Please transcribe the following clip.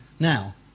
Now